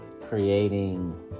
creating